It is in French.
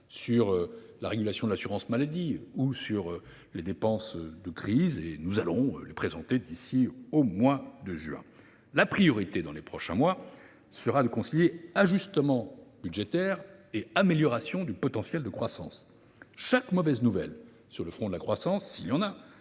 sur la régulation de l’assurance maladie et sur les dépenses de crise. Nous les présenterons d’ici au mois de juin prochain. La priorité, au cours des prochains mois, sera de concilier ajustement budgétaire et amélioration du potentiel de croissance. Chaque mauvaise nouvelle sur le front de la croissance devra